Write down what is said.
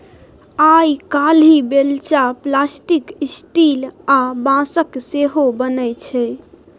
आइ काल्हि बेलचा plastic, steel आ बाँसक सेहो बनै छै